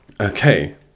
okay